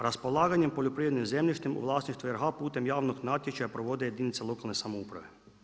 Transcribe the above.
Raspolaganjem poljoprivrednim zemljište u vlasništvu RH putem javnog natječaja provode jedinice lokalne samouprave.